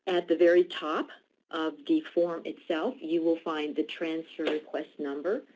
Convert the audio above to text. at the very top of the form itself, you will find the transfer request number,